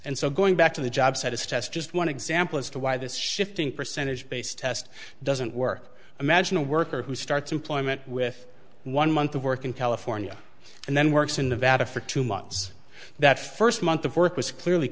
and so going back to the jobsite is test just one example as to why this shifting percentage based test doesn't work imagine a worker who starts employment with one month of work in california and then works in nevada for two months that first month of work was clearly